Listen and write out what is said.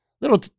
little